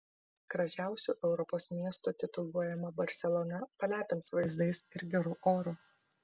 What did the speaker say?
gražiausiu europos miestu tituluojama barselona palepins vaizdais ir geru oru